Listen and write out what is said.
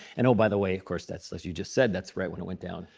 and oh, by the way, of course, that's as you just said, that's right when it went down.